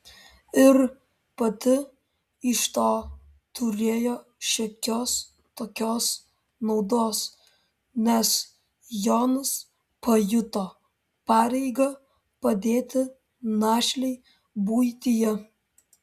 ir pati iš to turėjo šiokios tokios naudos nes jonas pajuto pareigą padėti našlei buityje